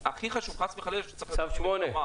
והכי חשוב, חס וחלילה שצריך לצאת למלחמה